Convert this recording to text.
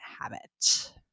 habit